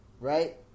Right